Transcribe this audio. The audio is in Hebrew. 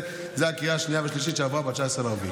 אלו הקריאות השנייה והשלישית שעברו ב-19 באפריל.